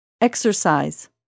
Exercise